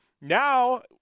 now